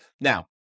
Now